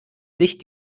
sich